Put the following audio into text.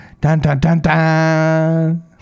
Dun-dun-dun-dun